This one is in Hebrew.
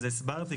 הסברתי.